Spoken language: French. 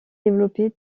développer